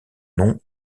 nom